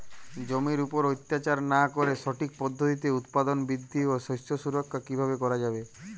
জমির উপর অত্যাচার না করে সঠিক পদ্ধতিতে উৎপাদন বৃদ্ধি ও শস্য সুরক্ষা কীভাবে করা যাবে?